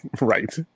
Right